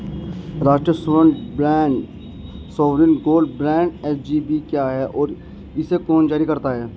राष्ट्रिक स्वर्ण bond sovereign gold bond SGB क्या है और इसे कौन जारी करता है?